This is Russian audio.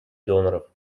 доноров